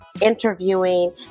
interviewing